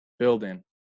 building